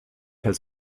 has